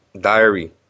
diary